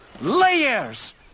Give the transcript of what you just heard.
Layers